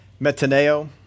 Metaneo